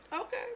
Okay